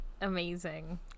Amazing